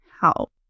help